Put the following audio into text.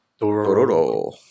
Dororo